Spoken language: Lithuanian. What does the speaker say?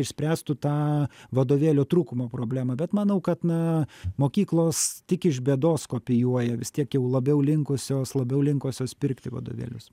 išspręstų tą vadovėlio trūkumo problemą bet manau kad na mokyklos tik iš bėdos kopijuoja vis tiek jau labiau linkusios labiau linkusios pirkti vadovėlius